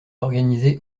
organisé